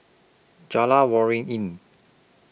Jalan Waringin